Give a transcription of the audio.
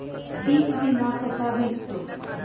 पीक विमा कसा भेटतो?